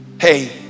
Hey